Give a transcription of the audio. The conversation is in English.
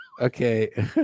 okay